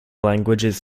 languages